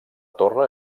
torre